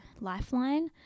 Lifeline